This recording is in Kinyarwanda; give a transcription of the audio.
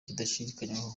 bidashidikanywaho